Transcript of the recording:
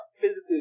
physically